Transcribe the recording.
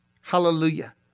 Hallelujah